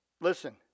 Listen